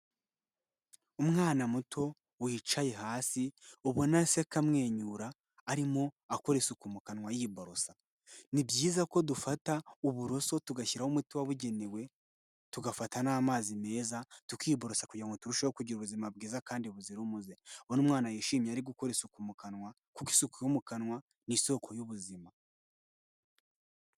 Umwana muto wicaye hasi, ubona aseka amwenyura, arimo akora isuku mu kanwa yiborosa. Ni byiza ko dufata uburoso tugashyiraho umuti wabugenewe, tugafata n'amazi meza, tukiborosa kugira ngo turusheho kugira ubuzima bwiza kandi buzira umuze. Ubona umwana yishimye ari gukora isuku mu kanwa, kuko isuku yo mu kanwa ni isoko y'ubuzima.